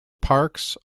parkes